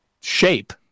shape